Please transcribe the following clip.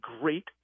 great